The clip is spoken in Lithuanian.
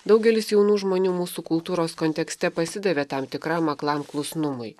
daugelis jaunų žmonių mūsų kultūros kontekste pasidavė tam tikram aklam klusnumui